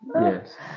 Yes